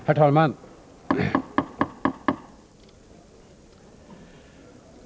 Herr talman!